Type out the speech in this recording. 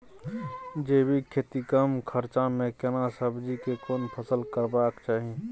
जैविक खेती कम खर्च में केना सब्जी के कोन फसल करबाक चाही?